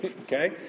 okay